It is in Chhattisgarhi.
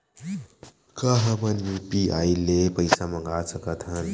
का हमन ह यू.पी.आई ले पईसा मंगा सकत हन?